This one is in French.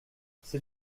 c’est